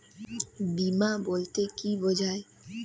বিমা বলতে কি বোঝায়?